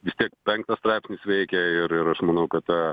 vis tiek penktas straipsnis veikia ir ir aš manau kad tą